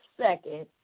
second